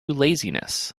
laziness